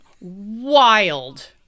wild